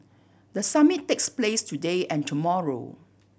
the summit takes place today and tomorrow